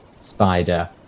Spider